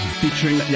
featuring